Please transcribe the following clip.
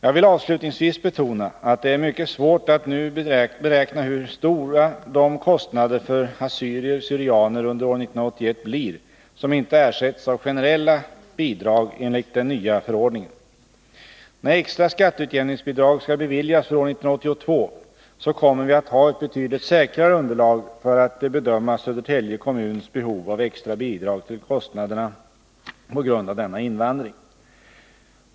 Jag vill avslutningsvis betona att det är mycket svårt att nu beräkna hur stora de kostnader för assyrier/syrianer under år 1981 blir som inte ersätts av generella bidrag enligt den nya förordningen. När extra skatteutjämningsbidrag skall beviljas för år 1982 kommer vi att ha ett betydligt säkrare underlag för att bedöma Södertälje kommuns behov av extra bidrag till kostnaderna på grund av denna invandring.